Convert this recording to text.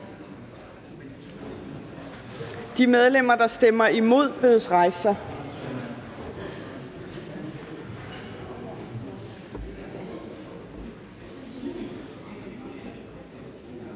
De medlemmer, der stemmer imod, bedes rejse